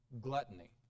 gluttony